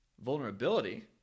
vulnerability